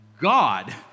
God